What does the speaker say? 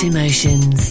Emotions